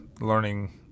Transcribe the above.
learning